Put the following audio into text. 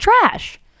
trash